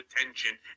attention